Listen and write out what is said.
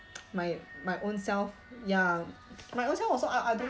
my my own self ya my own self also I I don't